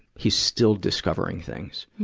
he's still discovering things.